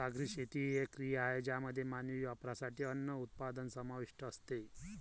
सागरी शेती ही एक क्रिया आहे ज्यामध्ये मानवी वापरासाठी अन्न उत्पादन समाविष्ट असते